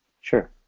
Sure